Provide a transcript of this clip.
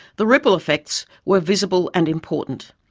the ripple effects were visible and important.